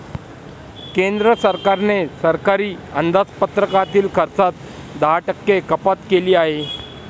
केंद्र सरकारने सरकारी अंदाजपत्रकातील खर्चात दहा टक्के कपात केली आहे